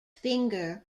finger